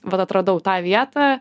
vat atradau tą vietą